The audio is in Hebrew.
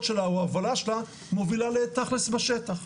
שלה או ההובלה שלה מובילה ל-תאכלס בשטח.